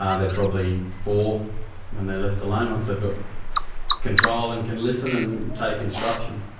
ah they are probably four when they're left alone, once they've got control and can listen and take instruction.